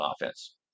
offense